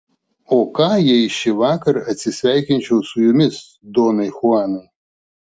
o ką jei šįvakar atsisveikinčiau su jumis donai chuanai